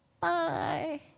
Bye